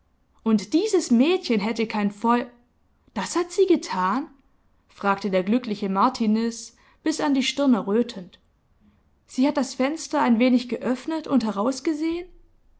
und dies es mädchen hätte kein feu das hat sie getan fragte der glückliche martiniz bis an die stirn errötend sie hat das fenster ein wenig geöffnet und herausgesehen